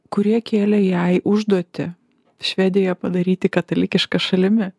kurie kėlė jai užduotį švediją padaryti katalikiška šalimi